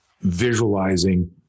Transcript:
visualizing